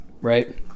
right